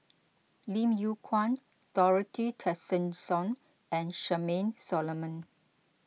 Lim Yew Kuan Dorothy Tessensohn and Charmaine Solomon